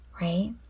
right